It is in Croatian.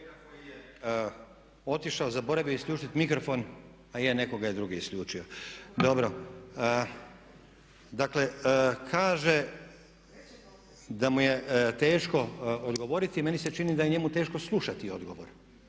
Otišao, zaboravio je isključiti mikrofon. A je, netko ga je drugi isključio. Dobro. Dakle, kaže da mu je teško odgovoriti. Meni se čini da je njemu teško slušati odgovor,